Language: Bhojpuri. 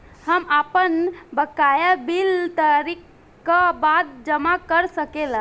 हम आपन बकाया बिल तारीख क बाद जमा कर सकेला?